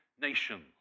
nations